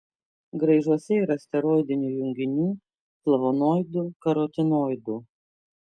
graižuose yra steroidinių junginių flavonoidų karotinoidų